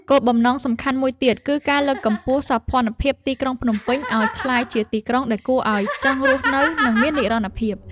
គោលបំណងសំខាន់មួយទៀត គឺការលើកកម្ពស់សោភ័ណភាពទីក្រុងភ្នំពេញឱ្យក្លាយជាទីក្រុងដែលគួរឱ្យចង់រស់នៅ និងមាននិរន្តរភាព។